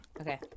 Okay